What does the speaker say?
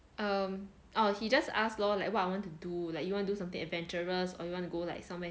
um oh he just ask lor like what I want to do like you wanna do something adventurous or you want to go like somewhere